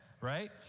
right